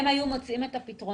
הם היו מוצאים את הפתרונות.